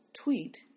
tweet